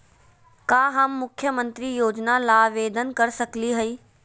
का हम मुख्यमंत्री योजना ला आवेदन कर सकली हई?